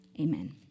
Amen